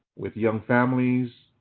with young families?